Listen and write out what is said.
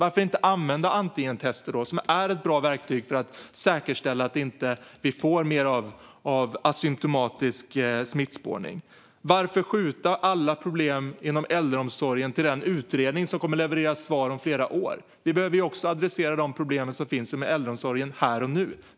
Varför då inte använda antigentester, som är ett bra verktyg för att säkerställa att vi inte får mer av asymtomatisk smittspridning? Varför skjuta över alla problem inom äldreomsorgen på den utredning som kommer att leverera svar om flera år? Vi behöver ju också adressera de problem som finns inom äldreomsorgen här och nu.